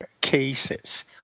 cases